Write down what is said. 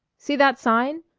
see that sign?